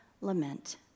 lament